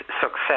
success